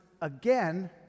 again